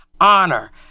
honor